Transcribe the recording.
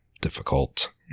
difficult